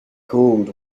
called